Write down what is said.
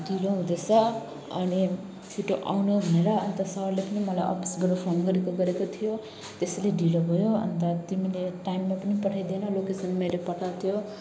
ढिलो हुँदैछ अनि छिटो आउनु भनेर अन्त सरले पनि मलाई अफिसबाट फोन गरेको गरेकै थियो त्यसैले ढिलो भयो अन्त तिमीले टाइममा पनि पठाइदिएनौ लोकेसन मैले पठाएको थियो